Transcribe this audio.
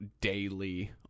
daily